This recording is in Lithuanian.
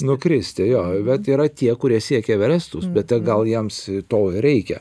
nukristi jo vat yra tie kurie siekia everestus bet gal jiems to reikia